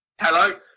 Hello